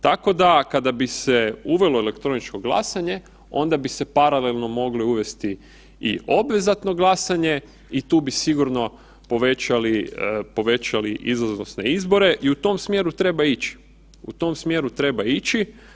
Tako da kada bi se uvelo elektronično glasanje onda bi se paralelno moglo uvesti i obvezatno glasanje i tu bi sigurno povećali, povećali izlaznost na izbore i u tom smjeru treba ići, u tom smjeru treba ići.